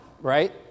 right